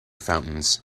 fountains